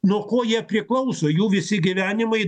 nuo ko jie priklauso jų visi gyvenimai